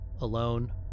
alone